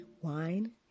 Wine